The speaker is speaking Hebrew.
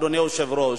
אדוני היושב-ראש: